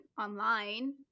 online